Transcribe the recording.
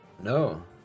no